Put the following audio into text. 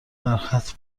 برخط